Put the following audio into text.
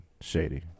shady